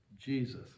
Jesus